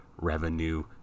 revenue